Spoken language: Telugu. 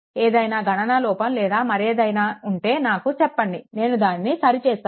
ఏదైనా గణన లోపం లేదా మరేదైనా ఉంటే నాకు చెప్పండి నేను దానిని సరిచేస్తాను